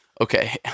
Okay